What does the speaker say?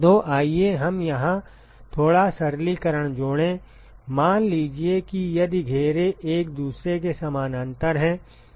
तो आइए हम यहां थोड़ा सरलीकरण जोड़ें मान लीजिए कि यदि घेरे एक दूसरे के समानांतर हैं